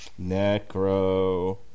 Necro